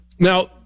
Now